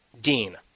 Dean